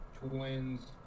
Twins